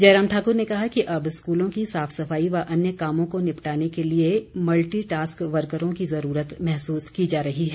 जयराम ठाक्र ने कहा कि अब स्कूलों की साफ सफाई व अन्य कामों को निपटाने के लिए मल्टीटास्क वर्करों की जरूरत महसूस की जा रही है